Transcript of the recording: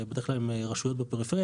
שבדרך כלל הן רשויות בפריפריה,